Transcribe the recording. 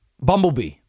Bumblebee